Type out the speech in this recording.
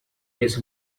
his